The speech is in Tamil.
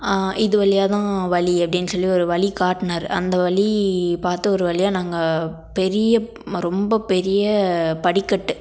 இது வழியாதான் வழி அப்படின்னு சொல்லி ஒரு வழி காட்டினாரு அந்த வழி பார்த்து ஒரு வழியா நாங்கள் பெரிய ரொம்ப பெரிய படிக்கட்டு